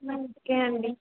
okay అండి